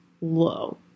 low